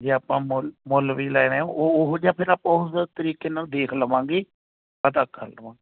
ਜੇ ਆਪਾਂ ਮੁਲ ਮੁੱਲ ਵੀ ਲੈਣੇ ਆ ਉਹ ਉਹੋ ਜਿਹਾ ਫਿਰ ਆਪਾਂ ਉਸ ਤਰੀਕੇ ਨਾਲ ਦੇਖ ਲਵਾਂਗੇ ਪਤਾ ਕਰ ਲਵਾਂਗੇ